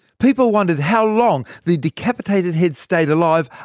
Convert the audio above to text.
people wondered how long the decapitated head stayed alive,